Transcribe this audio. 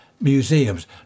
Museums